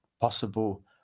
possible